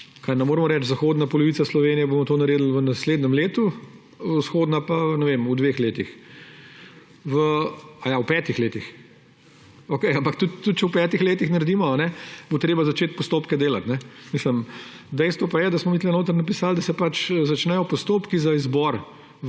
Ne moremo reči, v zahodni polovici Slovenije bomo to naredili v naslednjem letu, vzhodni pa, ne vem, v dveh letih. / oglašanje iz dvorane/ Aja, v petih letih. Okej, ampak tudi če v petih letih naredimo, bo treba začeti postopke delati. Dejstvo pa je, da smo mi tukaj notri napisali, da se začnejo postopki za izbor